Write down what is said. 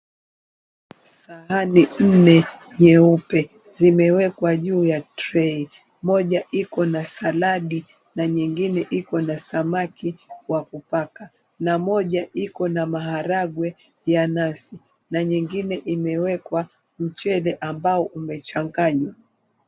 Sahani nne nyeupe, zimewekwa juu ya tray . Moja iko na saladi na nyingine iko na samaki wa kupaka na moja iko na maharagwe ya nazi na nyingine imewekwa mchele ambao umechanganywa.